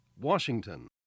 Washington